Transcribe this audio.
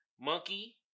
Monkey